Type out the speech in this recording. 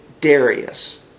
Darius